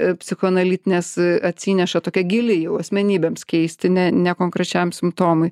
į psichoanalitinės atsineša tokia gili jų asmenybėms keisti ne nekonkrečiam simptomui